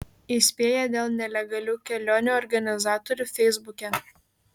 įspėja dėl nelegalių kelionių organizatorių feisbuke